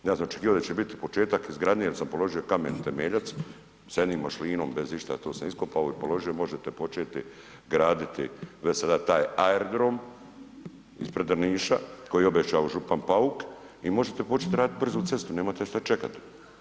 Ja sam očekivao da će biti početak izgradnje jer sam položio kamen temeljac s jednim ... išta to sam iskopao i položio, možete početi graditi već sada taj aerodrom ispred Drniša koji je obećao župan Pauk i možete početi raditi brzu cestu, nemate šta čekati.